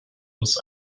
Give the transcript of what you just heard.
muss